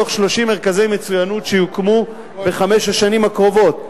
מתוך 30 מרכזי מצוינות שיוקמו בחמש השנים הקרובות.